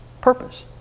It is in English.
Purpose